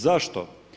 Zašto?